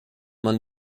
man